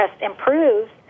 improves